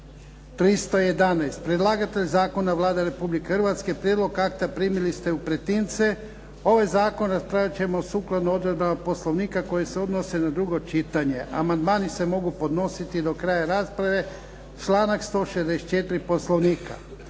311 Predlagatelj zakona Vlada Republike Hrvatske. Prijedlog akta primili ste u pretince. Ovaj zakon raspravljat ćemo sukladno odredbama Poslovnika koje se odnose na drugo čitanje. Amandmani se mogu podnositi do kraja rasprave, članak 164. Poslovnika.